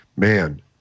man